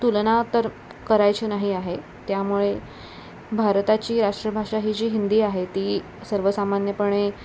तुलना तर करायची नाही आहे त्यामुळे भारताची राष्ट्रभाषा ही जी हिंदी आहे ती सर्वसामान्यपणे